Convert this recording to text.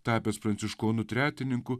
tapęs pranciškonu tretininku